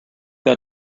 got